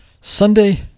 Sunday